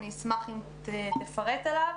אשמח אם תפרט עליו.